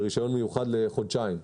וברישיון מיוחד לחודשיים.